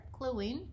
cluing